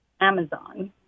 Amazon